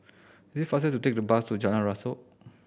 is faster to take the bus to Jalan Rasok